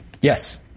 Yes